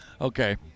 Okay